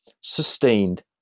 sustained